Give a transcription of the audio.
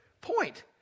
point